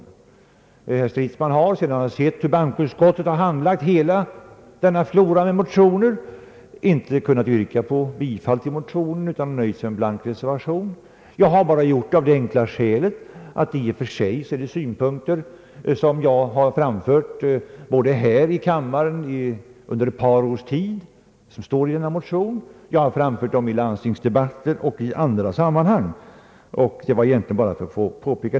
Herr Stridsman har, sedan han sett hur bankoutskottet handlagt hela denna flora av motioner, inte kunnat yrka bifall till motionen utan nöjt sig med en blank reservation. Jag har anslutit mig till hans blanka reservation bara av det enkla skälet att motionen innehåller synpunkter som jag framfört under ett par års tid både här i kammaren, i landstingsdebatter och i andra sammanhang. Det var detta förhållande jag ville påpeka.